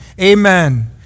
Amen